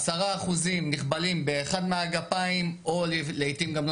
10% נכבלים באחד מהגפיים או לעיתים גם לא